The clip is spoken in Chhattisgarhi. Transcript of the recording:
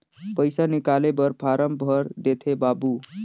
पइसा निकाले बर फारम भर देते बाबु?